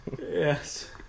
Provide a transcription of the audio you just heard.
Yes